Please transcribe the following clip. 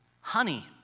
honey